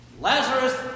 Lazarus